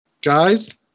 Guys